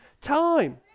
time